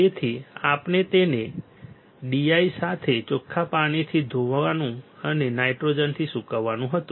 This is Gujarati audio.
તેથી આપણે તેને D I સાથે ચોખ્ખા પાણીથી ધોવાનુ અને નાઇટ્રોજનથી સૂકવવાનું હતું